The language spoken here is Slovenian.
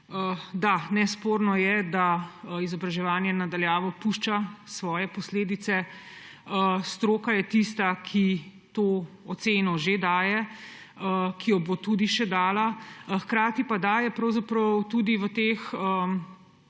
Da, nesporno je, da izobraževanje na daljavo pušča svoje posledice. Stroka je tista, ki to oceno že daje, ki jo bo tudi še dala, hkrati pa daje tudi v teh